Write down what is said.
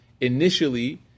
initially